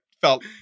felt